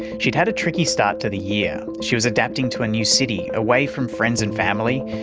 she'd had a tricky start to the year, she was adapting to a new city, away from friends and family,